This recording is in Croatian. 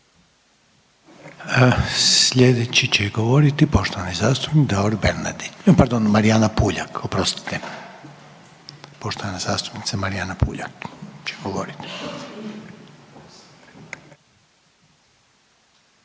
Slijedeći će govoriti poštovani zastupnik Davor Bernardić, pardon Marijana Puljak, oprostite. Poštovana zastupnica Marijana Puljak će govoriti.